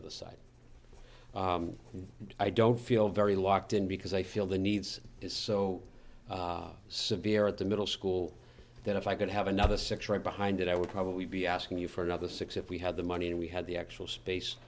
other side i don't feel very locked in because i feel the needs is so severe at the middle school that if i could have another six right behind it i would probably be asking you for another six if we had the money and we had the actual space